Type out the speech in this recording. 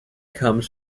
comes